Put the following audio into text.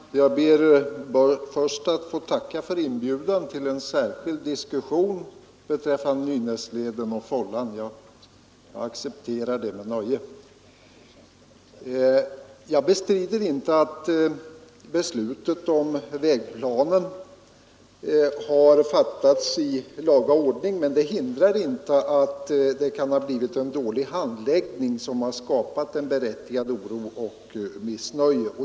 Herr talman! Jag ber först att få tacka för inbjudan till en särskild diskussion beträffande Nynäsleden och Fållan. Jag accepterar med nöje den inbjudan. Jag bestrider inte att beslutet om vägplanen har fattats i laga ordning. Men det hindrar inte att det kan ha blivit en dålig handläggning som skapat berättigad oro och missnöje.